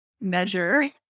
measure